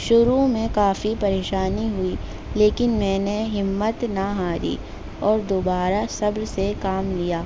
شروع میں کافی پریشانی ہوئی لیکن میں نے ہمت نہ ہاری اور دوبارہ صبر سے کام لیا